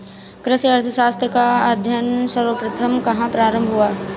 कृषि अर्थशास्त्र का अध्ययन सर्वप्रथम कहां प्रारंभ हुआ?